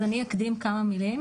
אקדים כמה מילים